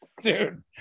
dude